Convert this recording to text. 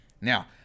Now